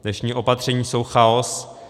Dnešní opatření jsou chaos.